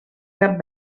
cap